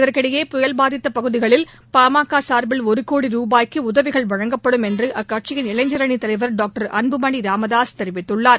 இதற்கிடையே புயல் பாதித்த பகுதிகளில் பாமக சார்பில் ஒரு கோடி ரூபாய்க்கு உதவிகள் வழங்கப்படும் என்று அக்கட்சியின் இளைஞர் அணித் தலைவர் டாக்டர் அன்புமணி ராமதாஸ் தெரிவித்துள்ளார்